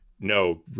no